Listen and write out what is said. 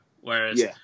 whereas